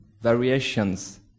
variations